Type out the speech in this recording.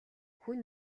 хүн